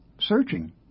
searching